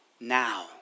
now